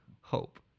Hope